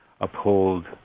uphold